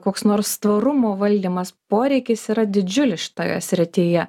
koks nors tvarumo valdymas poreikis yra didžiulis šitoje srityje